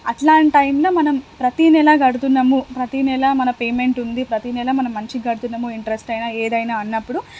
అలాంటి టైంలో మనం ప్రతీ నెల కడుతున్నాము ప్రతీ నెల మన పేమెంట్ ఉంటుంది ప్రతీ నెల మనం మంచిగా కడుతున్నాము ఇంట్రస్ట్ అయినా ఏదైనా అన్నప్పుడు